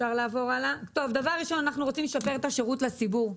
אנחנו רוצים לשפר את השירות לציבור.